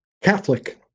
Catholic